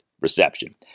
reception